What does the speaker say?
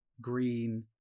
green